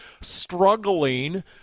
struggling